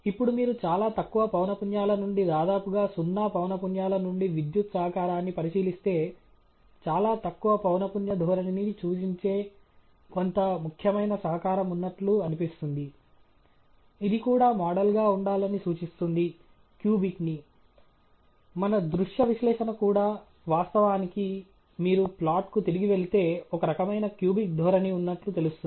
ఇప్పుడు మీరు చాలా తక్కువ పౌన పున్యాల నుండి దాదాపుగా సున్నా పౌన పున్యాల నుండి విద్యుత్ సహకారాన్ని పరిశీలిస్తే చాలా తక్కువ పౌన పున్య ధోరణిని సూచించే కొంత ముఖ్యమైన సహకారం ఉన్నట్లు అనిపిస్తుంది ఇది కూడా మోడల్గా ఉండాలని సూచిస్తుంది క్యూబిక్ ని మన దృశ్య విశ్లేషణ కూడా వాస్తవానికి మీరు ప్లాట్కు తిరిగి వెళితే ఒక రకమైన క్యూబిక్ ధోరణి ఉన్నట్లు తెలుస్తుంది